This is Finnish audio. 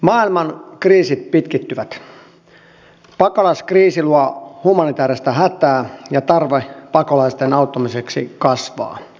maailman kriisit pitkittyvät pakolaiskriisi luo humanitääristä hätää ja tarve pakolaisten auttamiseksi kasvaa